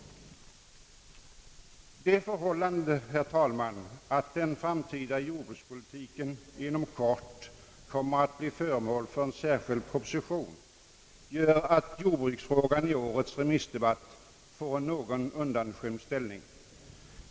Det förhållandet, herr talman, att den framtida jordbrukspolitiken inom kort kommer att bli föremål för en särskild proposition gör att jordbruksfrågan i årets remissdebatt får en något undanskymd ställning.